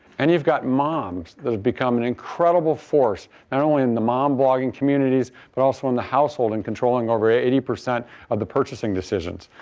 and, you've got moms that have become an incredible force, not only in the mom blogging communities, but also in the household and controlling over eighty percent of the purchasing decisions.